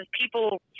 people